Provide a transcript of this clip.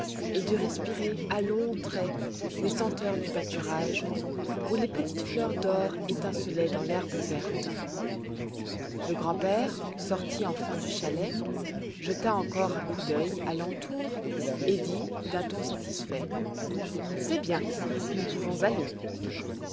et de respirer à longs traits les senteurs du pâturage où les petites fleurs d'or étincelaient dans l'herbe verte le grand-père sortit enfin du chalet jeta encore un coup d'œil à l'entour et dit d'un ton satisfait c'est bien nous pouvons aller